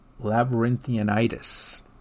Labyrinthianitis